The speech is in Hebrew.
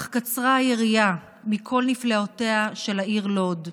אך קצרה היריעה מכל נפלאותיה של העיר לוד.